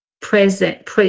present